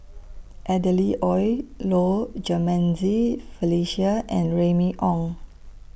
Adeline Ooi Low Jimenez Felicia and Remy Ong